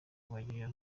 kubagirira